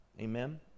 Amen